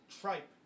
Tripe